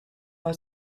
was